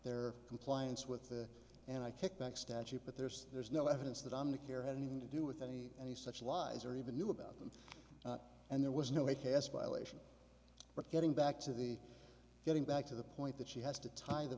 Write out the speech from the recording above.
their compliance with the and i kickback statute but there's there's no evidence that i'm a care had anything to do with any any such lies or even knew about them and there was no way cast violation but getting back to the getting back to the point that she has to tie the